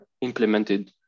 implemented